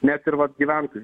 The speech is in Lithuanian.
net ir vat gyventojų